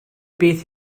bydd